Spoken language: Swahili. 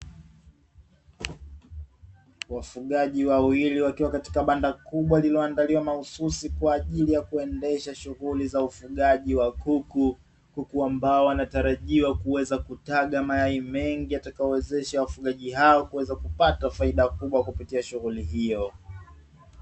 Wafugaji wawili wakiwa katika banda kubwa lililoandaliwa mahususi kwa ajili ya kuendesha shughuli za ufugaji wa kuku, kuku ambao wanatarajiwa kuweza kutaga mayai mengi yatakayowezesha wafugaji hao kuweza kupata faida kubwa kupitia shughuli hiyo.